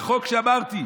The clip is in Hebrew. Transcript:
וכמו שאמרתי,